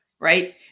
Right